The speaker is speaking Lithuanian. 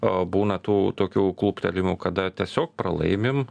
o būna tų tokių kluptelėjimų kada tiesiog pralaimim